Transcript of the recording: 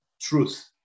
truth